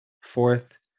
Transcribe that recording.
Fourth